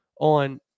on